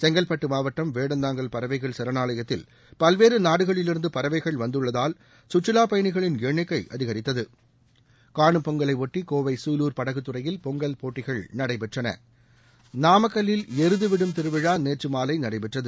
செங்கல்பட்டு மாவட்டம் வேடந்தாங்கல் பறவைகள் சரணாலயத்தில் பல்வேறு நாடுகளிலிருந்து பறவைகள் வந்துள்ளதால் சுற்றுலா பயணிகளின் எண்ணிக்கை அதிகரித்தது காணும் பொங்கலை ஒட்டி கோவை சூலூர் படகுத்துறையில் பொங்கல் போட்டிகள் நடைபெற்றன நாமக்கல்வில் எருதுவிடும் திருவிழா நேற்று மாலை நடைபெற்றது